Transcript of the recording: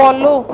follow